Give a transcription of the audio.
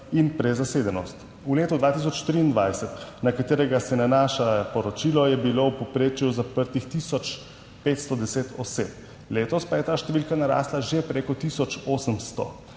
in prezasedenost. V letu 2023, na katerega se nanaša poročilo, je bilo v povprečju zaprtih tisoč 510 oseb, letos pa je ta številka narasla že preko tisoč